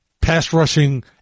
pass-rushing